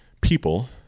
people